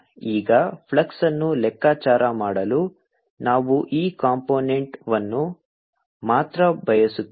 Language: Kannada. ಈಗ ಫ್ಲಕ್ಸ್ ಅನ್ನು ಲೆಕ್ಕಾಚಾರ ಮಾಡಲು ನಾವು ಈ ಕಂಪೋನೆಂಟ್ವನ್ನು ಮಾತ್ರ ಬಯಸುತ್ತೇವೆ